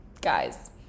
guys